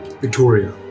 Victoria